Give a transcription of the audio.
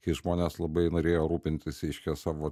kai žmonės labai norėjo rūpintis reiškia savo